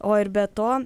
o ir be to